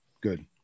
Good